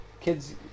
kids